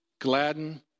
gladden